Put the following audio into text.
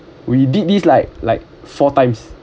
we did this like like four times